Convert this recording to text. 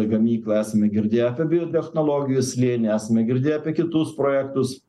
gamyklą esame girdėję apie biotechnologijų slėnį esame girdėję apie kitus projektus